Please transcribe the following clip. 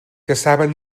caçaven